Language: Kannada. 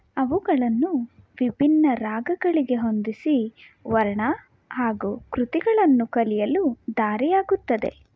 ಅವುಗಳನ್ನು ವಿಭಿನ್ನ ರಾಗಗಳಿಗೆ ಹೊಂದಿಸಿ ವರ್ಣ ಹಾಗೂ ಕೃತಿಗಳನ್ನು ಕಲಿಯಲು ದಾರಿಯಾಗುತ್ತದೆ